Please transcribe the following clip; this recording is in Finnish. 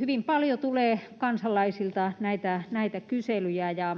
hyvin paljon tulee kansalaisilta näitä kyselyjä. Ja